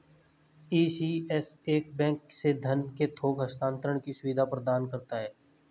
ECS एक bank से धन के थोक हस्तांतरण की सुविधा प्रदान करता है